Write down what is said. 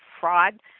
fraud